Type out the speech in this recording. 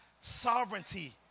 sovereignty